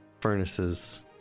furnaces